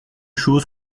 choses